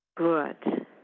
Good